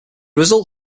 results